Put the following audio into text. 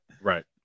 right